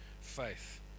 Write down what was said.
faith